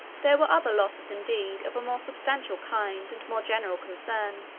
their were other losses indeed of a more substantial kind, and more general concern.